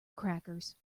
crackers